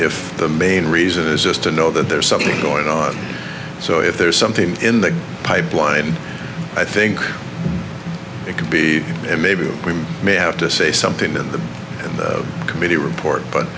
if the main reason is just to know that there's something going on so if there's something in the pipeline i think it could be maybe we may have to say something in the committee report but